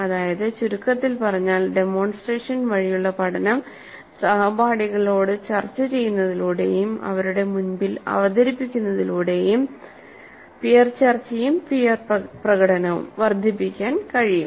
അതായത് ചുരുക്കത്തിൽ പറഞ്ഞാൽ ഡെമോൺസ്ട്രേഷൻ വഴിയുള്ള പഠനം സഹപാഠികളോട് ചർച്ച ചെയ്യുന്നതിലൂടെയും അവരുടെ മുൻപിൽ അവതരിപ്പിക്കുന്നതിലൂടെയുംപിയർ ചർച്ചയും പിയർ പ്രകടനവും വർദ്ധിപ്പിക്കാൻ കഴിയും